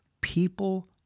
people